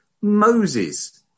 Moses